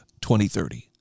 2030